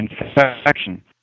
infection